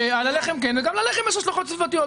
על הלחם כן, וגם ללחם יש השלכות סביבתיות.